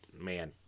man